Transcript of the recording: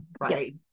right